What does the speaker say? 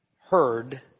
heard